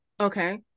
Okay